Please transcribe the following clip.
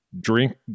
drink